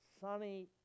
sunny